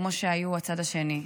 כמו שהיו הצד השני,